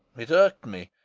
it irked me,